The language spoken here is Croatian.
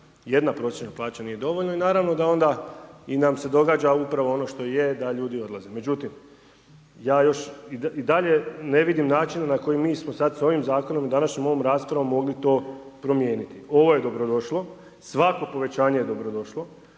jedna prosječna plaća nije dovoljna i naravno onda nam se i događa upravo ono što je da ljudi odlaze. Međutim, ja još i dalje ne vidim načina na koji mi smo sad s ovim Zakonom i današnjom ovom raspravom mogli to promijeniti, ovo je dobrodošlo, svako povećanje je dobrodošlo,